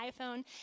iPhone